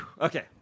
Okay